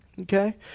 Okay